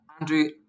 Andrew